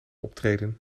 optreden